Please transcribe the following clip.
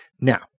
Now